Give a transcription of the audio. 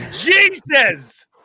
Jesus